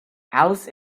alice